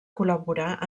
col·laborar